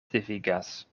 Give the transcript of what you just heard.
devigas